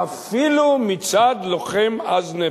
ואפילו מצד לוחם עז נפש.